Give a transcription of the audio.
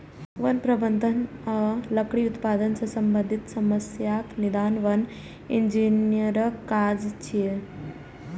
वन प्रबंधन आ लकड़ी उत्पादन सं संबंधित समस्याक निदान वन इंजीनियरक काज छियै